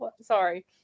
Sorry